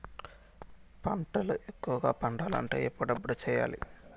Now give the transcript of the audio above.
పంటల ఎక్కువగా పండాలంటే ఎప్పుడెప్పుడు సేయాలి?